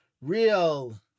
real